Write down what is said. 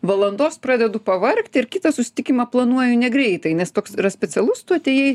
valandos pradedu pavargt ir kitą susitikimą planuoju negreitai nes toks yra specialus tu atėjai